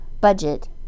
budget